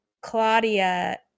claudia